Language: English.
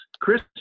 Chris